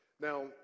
now